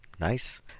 Nice